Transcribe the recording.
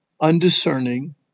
undiscerning